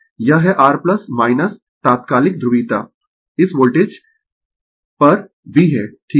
यह है r तात्कालिक ध्रुवीयता इस वोल्टेज पर V है ठीक है